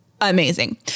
amazing